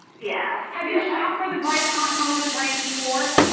yeah have you shopped for the but and the hot in hollywood bramble for?